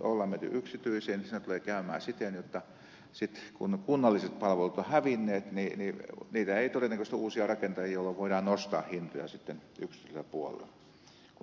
on menty yksityiseen että siinä tulee käymään siten jotta sitten kun kunnalliset palvelut ovat hävinneet niin niitä uusia ei todennäköisesti rakenneta jolloin voidaan nostaa hintoja sitten yksityisellä puolella kun kilpailua ei ole